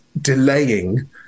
Delaying